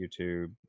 YouTube